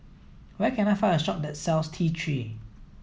where can I find a shop that sells T three